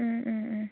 ꯎꯝ ꯎꯝ ꯎꯝ